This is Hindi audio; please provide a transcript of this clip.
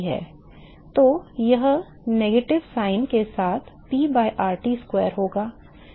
तो वह ऋणात्मक चिह्न के साथ P by RT square होगा